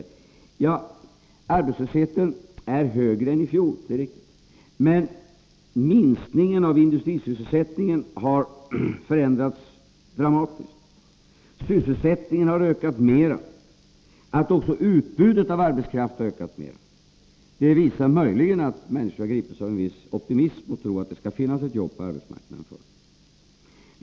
Det är riktigt att arbetslösheten är högre än i fjol, men minskningen av industrisysselsättningen har förändrats dramatiskt. Sysselsättningen har ökat mera. Även utbudet av arbetskraft har ökat mera. Detta visar möjligen att människorna har gripits av en viss optimism och tror att det kan finnas ett arbete på arbetsmarknaden.